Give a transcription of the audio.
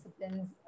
disciplines